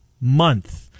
month